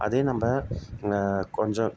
அதே நம்ம கொஞ்சம்